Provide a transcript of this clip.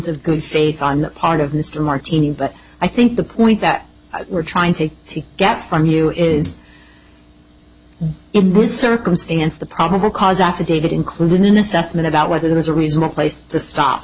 of good faith i'm not part of mr martini but i think the point that we're trying to get from you is it was circumstance the probable cause affidavit included an assessment about whether there is a reasonable place to stop